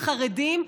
חרדים,